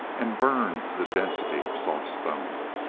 and burned to the density of soft stone.